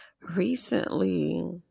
recently